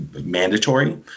mandatory